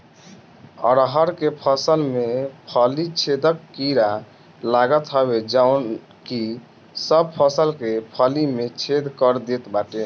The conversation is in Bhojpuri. अरहर के फसल में फली छेदक कीड़ा लागत हवे जवन की सब फसल के फली में छेद कर देत बाटे